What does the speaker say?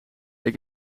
heb